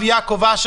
הרב יעקב אשר,